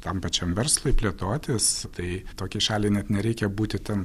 tam pačiam verslui plėtotis tai tokiai šaliai net nereikia būti ten